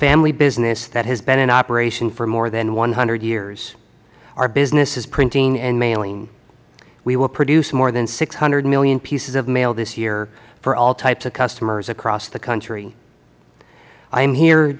family business that has been in operation for more than one hundred years our business is printing and mailing we will produce more than six hundred million pieces of mail this year for all types of customers across the country i am here